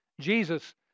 Jesus